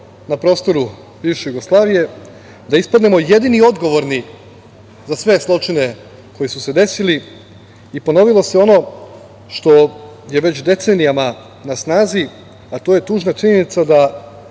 na prostoru bivše Jugoslavije, da ispadnemo jedini odgovorni za sve zločine koji su se desili i ponovilo se ono što je već decenijama na snazi, a to je tužna činjenica da